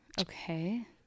Okay